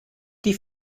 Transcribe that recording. die